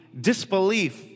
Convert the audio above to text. disbelief